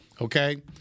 okay